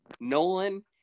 Nolan